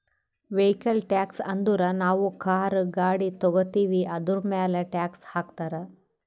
vehicle tax ಅಂದುರ್ ನಾವು car, ಗಾಡಿ ತಗೋತ್ತಿವ್ ಅದುರ್ಮ್ಯಾಲ್ ಟ್ಯಾಕ್ಸ್ ಹಾಕ್ತಾರ್